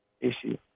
issue